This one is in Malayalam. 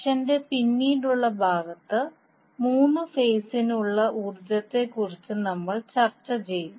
സെഷന്റെ പിന്നീടുള്ള ഭാഗത്ത് മൂന്ന് ഫേസിനുളള ഉർജ്ജത്തെക്കുറിച്ച് നമ്മൾ ചർച്ച ചെയ്യും